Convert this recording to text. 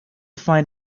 find